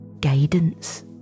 guidance